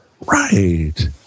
right